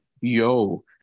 yo